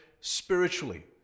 spiritually